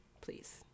please